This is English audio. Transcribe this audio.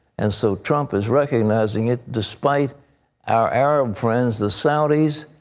and so trump is recognizing it, despite our arab friends, the saudis,